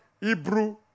Hebrew